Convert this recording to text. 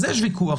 אז יש ויכוח.